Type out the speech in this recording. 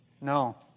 No